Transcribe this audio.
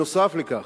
נוסף על כך,